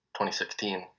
2016